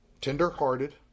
tender-hearted